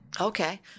okay